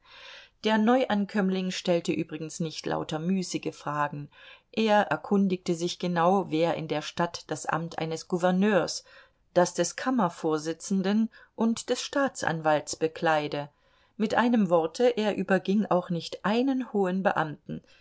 der neuankömmling stellte übrigens nicht lauter müßige fragen er erkundigte sich genau wer in der stadt das amt eines gouverneurs das des kammervorsitzenden und des staatsanwalts bekleide mit einem worte er überging auch nicht einen hohen beamten